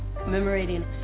commemorating